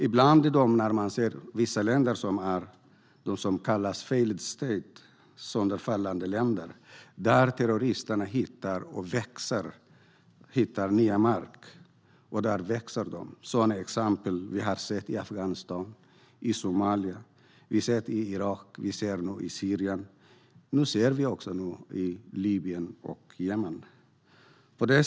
I dag finns vissa länder som kallas failed states, sönderfallande länder, där terrorister bryter mark och växer. Vi har sett sådana exempel i Afghanistan, Somalia, Irak, Syrien, Libyen och i Jemen.